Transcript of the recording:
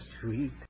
sweet